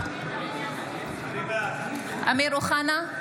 (קוראת בשם חבר הכנסת) אמיר אוחנה,